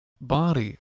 body